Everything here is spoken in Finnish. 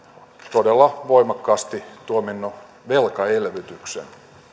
todella voimakkaasti tuominnut velkaelvytyksen